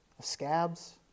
scabs